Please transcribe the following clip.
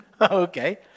Okay